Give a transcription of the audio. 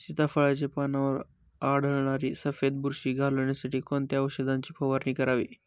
सीताफळाचे पानांवर आढळणारी सफेद बुरशी घालवण्यासाठी कोणत्या औषधांची फवारणी करावी?